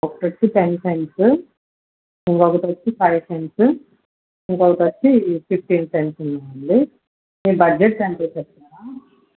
ఒకటి వచ్చి ten cents ఇంకొకటి వచ్చి ఫైవ్ సెంట్స్ ఇంకొకటి వచ్చి ఫిఫ్టీన్ సెంట్స్ ఉందండి మీ బడ్జెట్ ఎంతో చెప్తారా